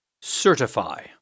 Certify